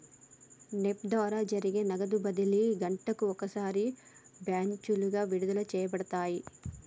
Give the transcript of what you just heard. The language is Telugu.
నెప్ప్ ద్వారా జరిపే నగదు బదిలీలు గంటకు ఒకసారి బ్యాచులుగా విడుదల చేయబడతాయి